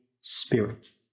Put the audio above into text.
Spirit